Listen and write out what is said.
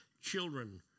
children